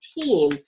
team